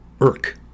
irk